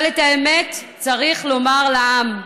אבל את האמת צריך לומר לעם: